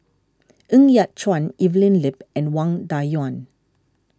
Ng Yat Chuan Evelyn Lip and Wang Dayuan